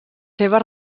seves